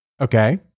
Okay